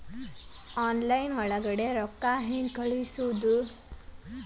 Online ಒಳಗಡೆ ರೊಕ್ಕ ಹೆಂಗ್ ಕಳುಹಿಸುವುದು?